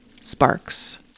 Sparks